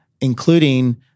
including